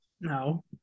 no